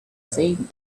same